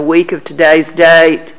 week of today's date